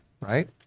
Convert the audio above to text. right